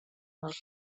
els